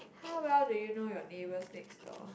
how well do you know your neighbour's next door